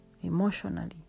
emotionally